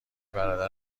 برادر